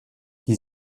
qui